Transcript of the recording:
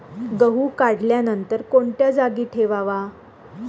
गहू काढल्यानंतर कोणत्या जागी ठेवावा?